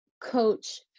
coach